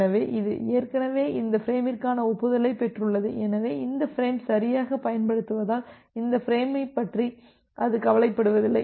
எனவே இது ஏற்கனவே இந்த ஃபிரேமிற்கான ஒப்புதலைப் பெற்றுள்ளது எனவே இந்த ஃபிரேம் சரியாகப் பரப்பப்படுவதால் இந்த ஃபிரேம் பற்றி அது கவலைப்படுவதில்லை